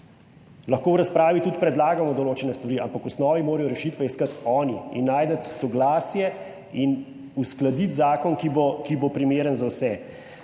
Lahko v razpravi tudi predlagamo določene stvari, ampak v osnovi morajo rešitve iskati oni in najti soglasje in uskladiti zakon, ki bo primeren za vse.